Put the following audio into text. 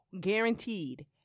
guaranteed